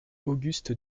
auguste